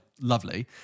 lovely